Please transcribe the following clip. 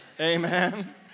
Amen